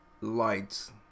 lights